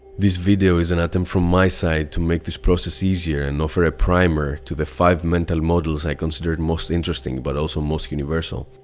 this video is an attempt from my side to make this process easier and offer a primer to the five mental models i consider most interesting but also most universal.